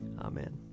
Amen